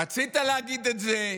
רצית להגיד את זה,